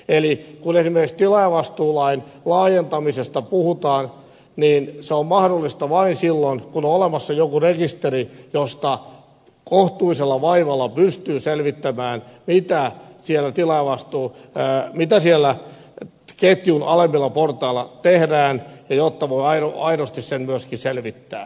eli kun esimerkiksi tilaajavastuulain laajentamisesta puhutaan niin se on mahdollista vain silloin kun on olemassa joku rekisteri josta kohtuullisella vaivalla ja myös aidosti pystyy selvittämään mitä siellä ketjun alemmilla portailla tehdään jotta puuhailua edusti sen koski selvittää